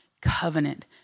covenant